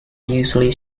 usually